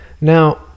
Now